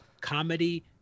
comedy